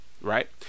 right